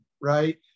right